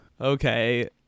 Okay